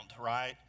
right